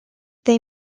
they